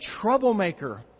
troublemaker